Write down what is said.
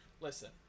listen